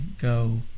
go